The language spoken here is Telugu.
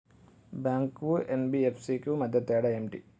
బ్యాంక్ కు ఎన్.బి.ఎఫ్.సి కు మధ్య తేడా ఏమిటి?